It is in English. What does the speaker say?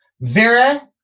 vera